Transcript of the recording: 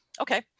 Okay